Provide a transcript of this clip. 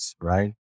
right